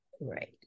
Right